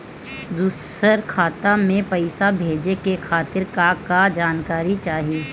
दूसर खाता में पईसा भेजे के खातिर का का जानकारी चाहि?